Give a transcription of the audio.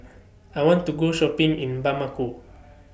I want to Go Shopping in Bamako